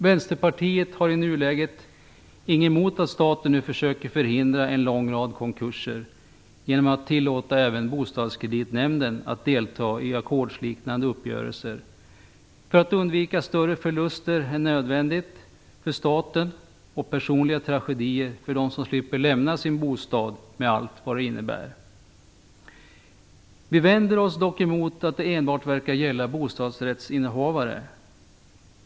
Vänsterpartiet har i nuläget inget emot att staten nu försöker förhindra en lång rad konkurser genom att tillåta även Bostadskreditnämnden att delta i ackordsliknande uppgörelser, för att undvika större förluster än nödvändigt för staten och personliga tragedier för dem som måste lämna sin bostad, med allt vad det innebär. Vi vänder oss dock emot att det enbart verkar gälla bostadsrättsinnehavare.